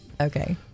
Okay